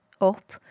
up